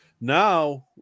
Now